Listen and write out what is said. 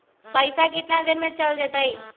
पैसा कितना दिन में चल जतई?